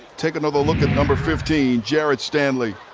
take another look at number fifteen, jared stanley.